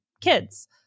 kids